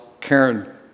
Karen